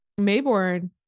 Mayborn